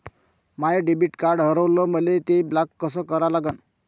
माय debit card हारवलं, मले ते ब्लॉक कस करा लागन?